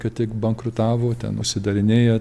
ką tik bankrutavo ten užsidarinėja